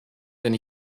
denn